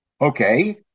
Okay